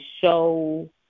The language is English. show